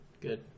Good